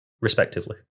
respectively